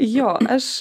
jo aš